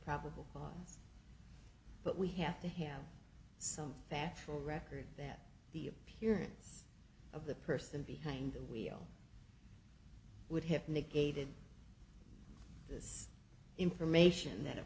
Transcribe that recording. probable cause but we have to have some factual record that the appearance of the person behind the wheel would have negated this information that it